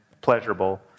pleasurable